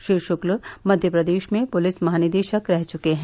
श्री शुक्ल मध्यप्रदेश में पुलिस महानिदेशक रह चुके हैं